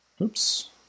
Oops